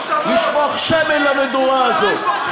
לשפוך שמן למדורה הזאת.